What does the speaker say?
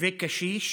ולכל קשיש